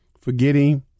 forgetting